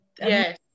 Yes